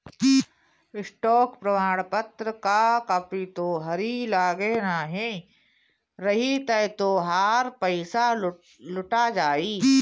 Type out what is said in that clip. stock प्रमाणपत्र कअ copy तोहरी लगे नाही रही तअ तोहार पईसा लुटा जाई